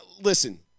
listen